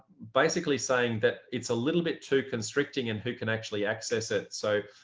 basically saying that it's a little bit too constricting and who can actually access it. so